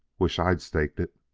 wish i'd staked it.